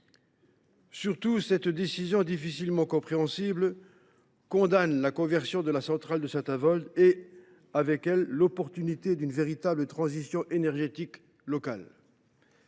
Surtout, cette décision, difficilement compréhensible, condamne la conversion de la centrale de Saint Avold et, avec elle, l’opportunité d’une véritable transition énergétique locale.